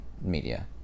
media